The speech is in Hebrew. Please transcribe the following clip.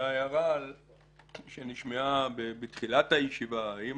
להערה שנשמעה בתחילת הישיבה, האם